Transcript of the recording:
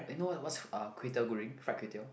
eh no lah what's kway-teow Goreng fried kway-teow